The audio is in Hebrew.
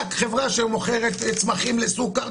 מייד חברה שמוכרת צמחים לסוכר.